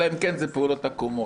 אלא אם כן אלה פעולות עקומות.